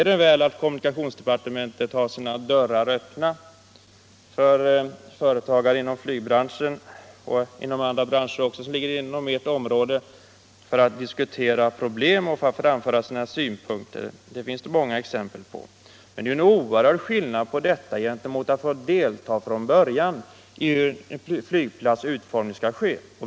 Jag vet mer än väl att kommunikationsdepartementet har sina dörrar öppna för företagare inom flygbranschen och inom andra branscher som ligger inom departementets område för att de skall få diskutera problem och framföra synpunkter — det förhållandet finns det många exempel på. Men det är stor skillnad på detta och att få delta i diskussionen från början.